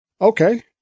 Okay